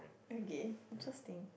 okay just think